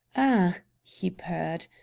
ah! he purred,